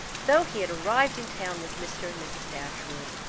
though he had arrived in town with mr. and mrs. dashwood.